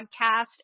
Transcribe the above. podcast